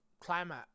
climate